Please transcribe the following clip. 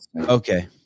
Okay